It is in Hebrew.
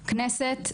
הכנסת.